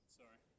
sorry